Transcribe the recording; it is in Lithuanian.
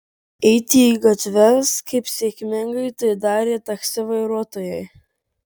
eiti į gatves kaip sėkmingai tai darė taksi vairuotojai